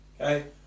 Okay